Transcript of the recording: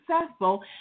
successful